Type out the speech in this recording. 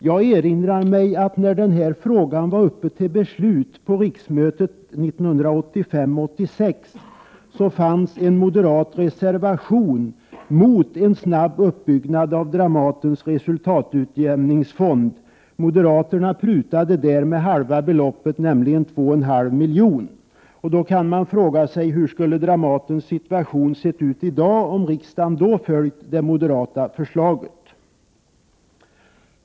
Jag erinrar mig att när denna fråga var uppe till beslut under 1985/86 års riksmöte fanns en moderat reservation mot en snabb uppbyggnad av Dramatens resultatutjämningsfond. Moderaterna ville då pruta med halva beloppet, nämligen 2,5 milj.kr. Man kan fråga sig hur Dramatens situation skulle ha sett ut i dag, om riksdagen då hade följt det moderata förslaget.